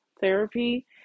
therapy